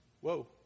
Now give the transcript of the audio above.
whoa